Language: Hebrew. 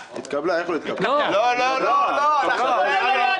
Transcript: הצבעה בעד מיעוט נגד רוב נמנעים